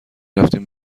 رفتیم